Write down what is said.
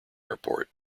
airport